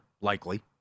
likely